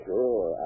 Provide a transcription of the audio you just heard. Sure